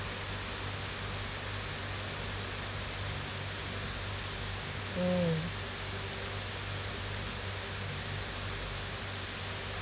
mm